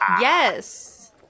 Yes